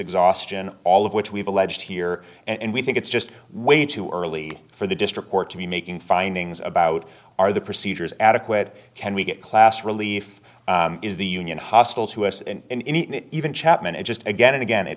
exhaustion all of which we've alleged here and we think it's just way too early for the district court to be making findings about are the procedures adequate can we get class relief is the union hostile to us and even chapman i just again and again it